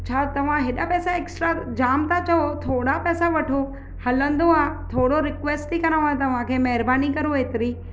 छा तव्हां हेॾा पैसा एक्स्ट्रा जाम था चयो थोरा पैसा वठो हलंदो आहे थोरो रिक्वेस्ट थी करांव तव्हांखे महिरबानी करो एतिरी